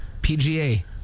pga